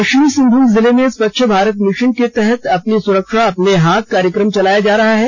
पश्चिमी सिंहभूम जिले में स्वच्छ भारत मिशन के तहत अपनी सुरक्षा अपने हाथ कार्यक्रम चलाया जा रहा है